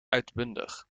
uitbundig